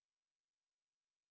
what do you think